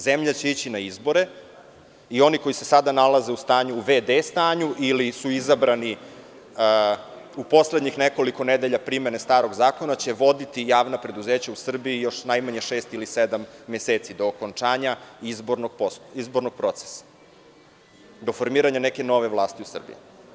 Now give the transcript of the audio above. Zemlja će ići na izbore i oni koji se sada nalaze u „vd“ stanju ili su izabrani u poslednjih nekoliko nedelja primene starog zakona, vodiće javna preduzeća u Srbiji još najmanje šest ili sedam meseci, do okončanja izbornog procesa i do formiranja neke nove vlasti u Srbiji.